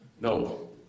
no